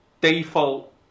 default